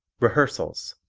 rehearsals